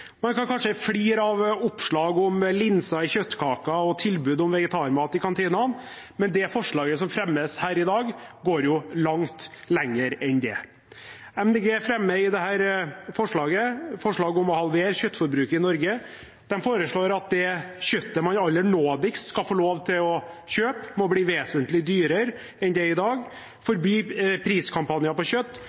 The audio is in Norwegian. Man kan kanskje flire av oppslag om linser i kjøttkaker og tilbud om vegetarmat i kantinene, men det forslaget som fremmes her i dag, går jo langt lenger enn det. Miljøpartiet De Grønne fremmer forslag om å halvere kjøttforbruket i Norge. De foreslår at det kjøttet man aller nådigst skal få lov til å kjøpe, må bli vesentlig dyrere enn det er i dag, å forby priskampanjer på kjøtt,